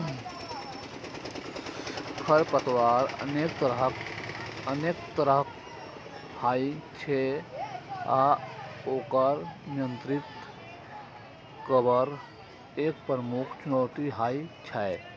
खरपतवार अनेक तरहक होइ छै आ ओकर नियंत्रित करब एक प्रमुख चुनौती होइ छै